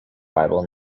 bible